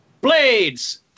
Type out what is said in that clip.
BLADES